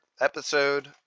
episode